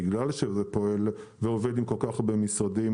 בגלל שזה פועל ועובד עם כל כך הרבה משרדים,